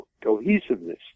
cohesiveness